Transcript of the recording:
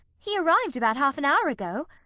he arrived about half an hour ago.